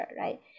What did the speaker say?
right